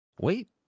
Wait